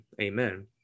Amen